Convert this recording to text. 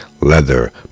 leather